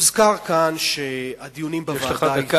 יש לך דקה,